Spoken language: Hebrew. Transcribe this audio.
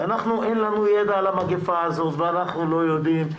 ולנו אין ידע על המגפה הזאת ואנחנו לא יודעים.